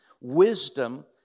Wisdom